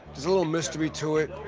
there's a little mystery to it.